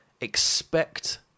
expect